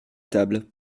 table